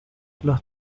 los